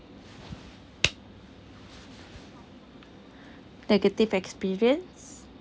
negative experience